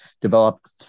develop